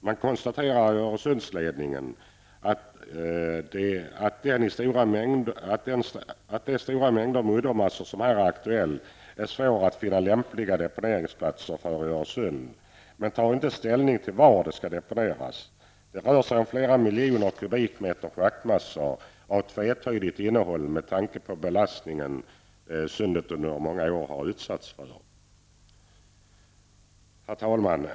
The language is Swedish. Man konstaterar i Öresundsledningen att de stora mängder muddermassor som här är aktuella är svåra att finna lämpliga deponeringsplatser för i Öresund, man tar inte ställning till var de skall deponeras. Det rör sig om flera miljoner kubikmeter schaktmassor av tvetydigt innehåll med tanke på den belastning sundet under många år har utsatts för. Herr talman!